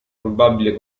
probabile